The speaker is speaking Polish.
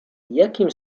jakim